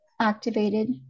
activated